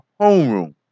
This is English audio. homeroom